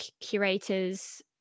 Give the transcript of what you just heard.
curators